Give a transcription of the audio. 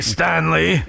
Stanley